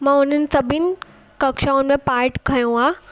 मां उन्हनि सभिनि कक्षाउनि में पाट खंयो आहे